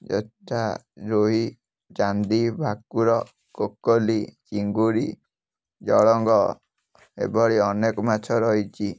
ଯଥା ରୋହି ଚାନ୍ଦୀ ଭାକୁର କୋକୋଲି ଚିଙ୍ଗୁଡ଼ି ଜଳଙ୍ଗ ଏହିଭଳି ଅନେକ ମାଛ ରହିଛି